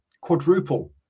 quadruple